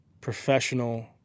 professional